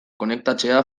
konektatzea